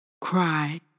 Cry